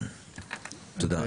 תודה.